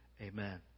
Amen